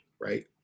right